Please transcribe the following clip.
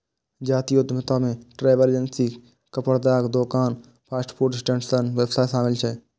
जातीय उद्यमिता मे ट्रैवल एजेंसी, कपड़ाक दोकान, फास्ट फूड स्टैंड सन व्यवसाय शामिल छै